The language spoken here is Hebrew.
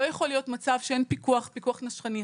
לא יכול להיות מצב שאין פיקוח, פיקוח נשכני.